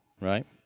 right